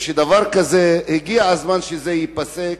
הגיע הזמן שהדבר ייפסק.